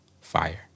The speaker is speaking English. Fire